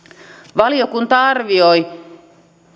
valiokunta arvioi